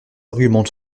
arguments